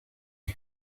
het